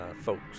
folks